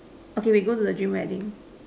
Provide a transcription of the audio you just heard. okay we go to the gym wedding